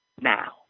now